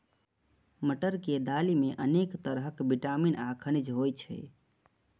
मटर के दालि मे अनेक तरहक विटामिन आ खनिज होइ छै